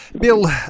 Bill